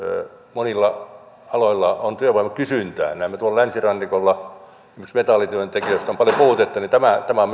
monilla aloilla on työvoimakysyntää näemme että tuolla länsirannikolla esimerkiksi metallityöntekijöistä on paljon puutetta niin myöskin tämä on